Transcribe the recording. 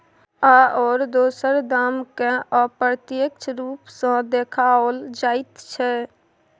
आओर दोसर दामकेँ अप्रत्यक्ष रूप सँ देखाओल जाइत छै